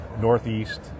Northeast